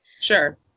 sure